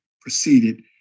proceeded